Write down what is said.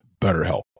BetterHelp